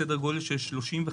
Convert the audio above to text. סדר גודל של 35%,